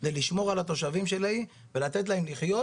זה לשמור על התושבים שלי ולתת להם לחיות,